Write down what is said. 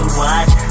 watch